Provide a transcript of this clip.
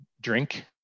drink